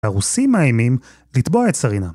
‫הרוסים מאיימים לתבוע את סרינה.